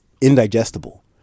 indigestible